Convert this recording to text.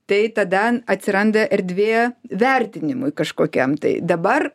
tai tada atsiranda erdvė vertinimui kažkokiam tai dabar